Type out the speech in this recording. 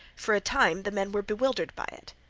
for a time the men were bewildered by it.